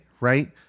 right